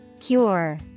Cure